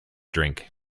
drink